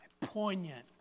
poignant